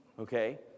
Okay